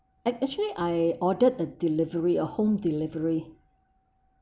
actually I ordered a delivery a home delivery